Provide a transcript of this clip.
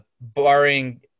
barring